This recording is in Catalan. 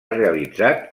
realitzat